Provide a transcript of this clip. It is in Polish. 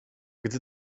gdy